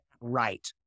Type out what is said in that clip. right